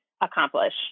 accomplish